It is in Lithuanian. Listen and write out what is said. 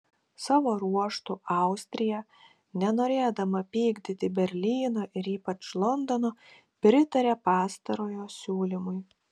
savo ruožtu austrija nenorėdama pykdyti berlyno ir ypač londono pritarė pastarojo siūlymui